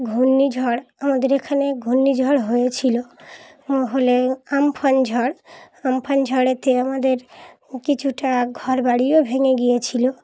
ঘূর্ণি ঝড় আমাদের এখানে ঘূর্ণি ঝড় হয়েছিলো হলে আমফান ঝড় আমফান ঝড়েতে আমাদের কিছুটা ঘরবাড়িও ভেঙে গিয়েছিলো